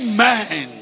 Amen